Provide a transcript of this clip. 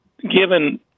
given